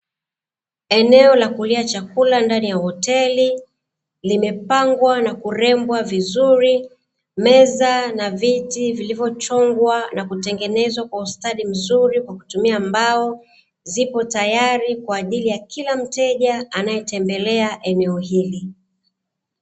Eneo la kulia chakula ndani ya hoteli, limepangwa na kurembwa vizuri, meza na viti vilivyochongwa na kutengenezwa kwa ustadi mzuri kwa kutumia mbao. Zipo tayari kwa ajili ya kila mteja, anayetembelea eneo hili.